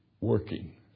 working